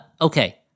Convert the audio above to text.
okay